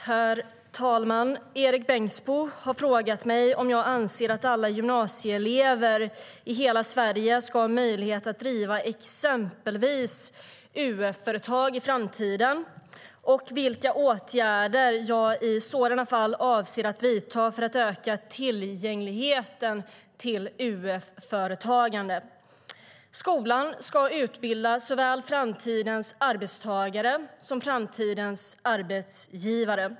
Herr talman! Erik Bengtzboe har frågat mig om jag anser att alla gymnasieelever i hela Sverige ska ha möjlighet att driva exempelvis UF-företag i framtiden, och vilka åtgärder jag i sådana fall avser att vidta för att öka tillgängligheten till UF-företagande. Skolan ska utbilda såväl framtidens arbetstagare som framtidens arbetsgivare.